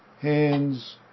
hands